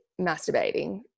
masturbating